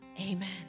Amen